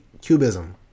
cubism